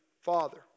father